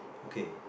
okay